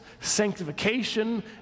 sanctification